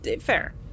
fair